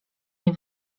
nie